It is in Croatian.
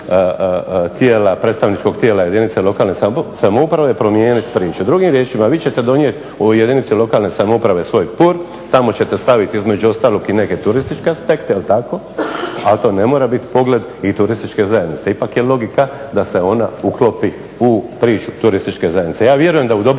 tijela predstavničkog tijela jedinice lokalne samouprave promijeniti priču. Drugim riječima vi ćete donijeti u jedinici lokalne samouprave svoj PUR, tamo ćete ostaviti između ostalog i neke turističke aspekte jel tako, al to ne mora biti pogled i turističke zajednice, ipak je logika da se ona uklopi u priču turističke zajednice. Ja vjerujem da u dobroj